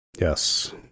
Yes